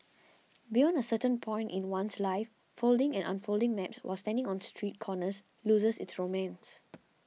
beyond a certain point in one's life folding and unfolding maps while standing on street corners loses its romance